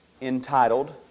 entitled